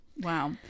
Wow